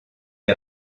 est